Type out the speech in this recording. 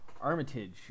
Armitage